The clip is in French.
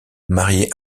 marié